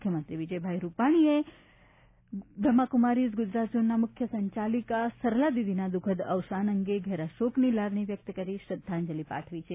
મુખ્યમંત્રી શ્રી વિજયભાઇ રૂપાણીએ બ્રહ્માકુમારીઝ ગુજરાત ઝોનના મુખ્ય સંચાલિકા રાજયોગિની સરલા દીદીના દુઃખદ અવસાન અંગે ઘેરા શોકની લાગણી વ્યકત કરી શ્રધ્યાંજલી પાઠવી છે